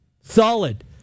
Solid